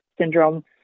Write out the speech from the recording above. Syndrome